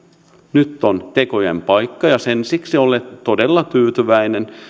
nyt on tekojen paikka ja siksi olen todella tyytyväinen